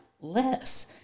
less